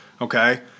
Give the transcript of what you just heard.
okay